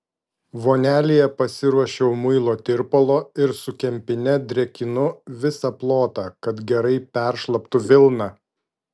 vonelėje pasiruošiau muilo tirpalo ir su kempine drėkinu visą plotą kad gerai peršlaptų vilna